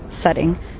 setting